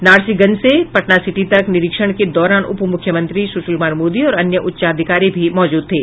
नासरीगंज से पटना सिटी तक निरीक्षण के दौरान उपमुख्यमंत्री सुशील कुमार मोदी और अन्य उच्चाधिकारी भी मौजूद थे